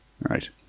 right